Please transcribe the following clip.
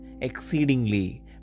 exceedingly